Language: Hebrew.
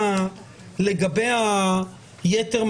אני כרגע שם בצד את סוגיית החיוני, לא